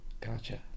Gotcha